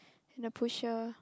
and the pusher